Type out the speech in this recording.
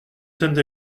saint